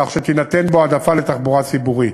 כך שתינתן בו העדפה לתחבורה ציבורית.